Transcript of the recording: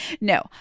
No